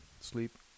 sleep